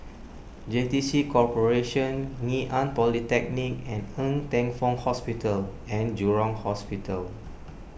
J T C Corporation Ngee Ann Polytechnic and Ng Teng Fong Hospital and Jurong Hospital